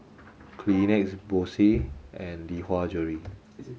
Kleenex Bose and Lee Hwa Jewellery